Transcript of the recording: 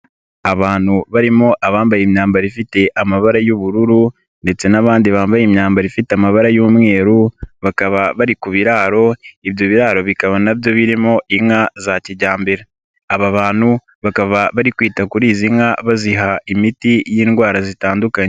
Abantu barimo abambaye imyambaro ifite amabara y'ubururu ndetse n'abandi bambaye imyambaro ifite amabara y'umweru bakaba bari ku biraro, ibyo biraro bikaba na byo birimo inka za kijyambere. Aba bantu bakaba bari kwita kuri izi nka baziha imiti y'indwara zitandukanye.